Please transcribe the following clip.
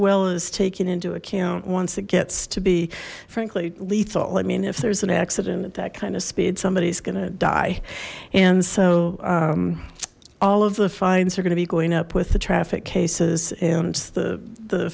well as taking into account once it gets to be frankly lethal i mean if there's an accident at that kind of speed somebody's going to die and so all of the fines are going to be going up with the traffic cases and the